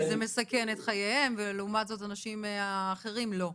כי זה מסכן את חייהם ולעומת זאת אנשים אחרים לא.